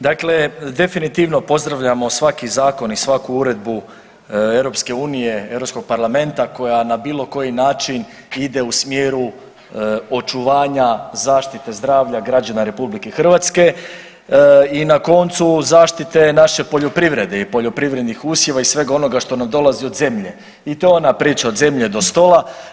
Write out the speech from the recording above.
Dakle, definitivno pozdravljamo svaki zakon i svaku uredbu EU i Europskog parlamenta koja na bilo koji način ide u smjeru očuvanja zaštite zdravlja građana RH i na koncu zaštite naše poljoprivrede i poljoprivrednih usjeva i svega onoga što nam dolazi od zemlje i to je ona priča od zemlje do stola.